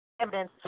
evidence